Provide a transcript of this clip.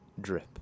drip